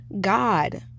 God